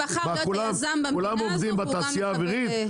כולם עובדים בתעשייה אווירית?